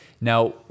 Now